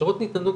ההכשרות ניתנות,